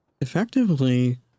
effectively